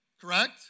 Correct